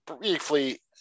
briefly